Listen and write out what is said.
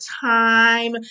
time